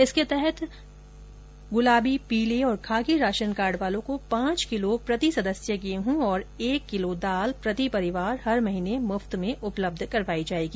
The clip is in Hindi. इसके तहत गुलाबी पीले तथा खाकी राशन कार्ड वालों को पांच किलोग्राम प्रति सदस्य गेहूं और एक किलोग्राम दाल प्रति परिवार हर महीने मुफ्त में उपलब्ध करवाई जाएगी